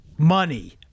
money